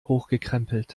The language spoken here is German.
hochgekrempelt